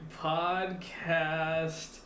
Podcast